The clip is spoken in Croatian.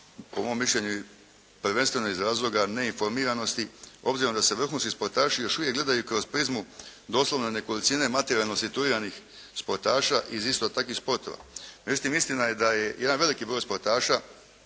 Po mom mišljenju prvenstveno iz razloga neinformiranosti, obzirom da se vrhunski sportaši još uvijek gledaju kroz prizmu doslovno nekolicine materijalno situiranih sportaša iz isto takvih sportova. Međutim, istina je da je jedan veliki broj sportaša